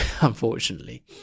unfortunately